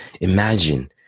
imagine